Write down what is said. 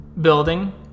building